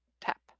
tap